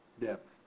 Depth